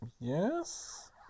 Yes